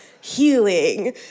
healing